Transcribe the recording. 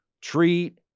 Treat